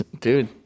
Dude